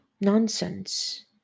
nonsense